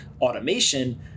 automation